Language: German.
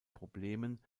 problemen